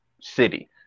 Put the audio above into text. city